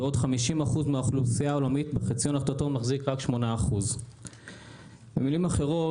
בעוד 50% מהאוכלוסייה העולמית בחציון התחתון מחזיק רק 8%. במילים אחרות,